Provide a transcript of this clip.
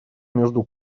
между